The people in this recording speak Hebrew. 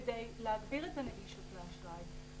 כדי להגביר את הנגישות לאשראי,